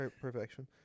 perfection